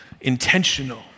intentional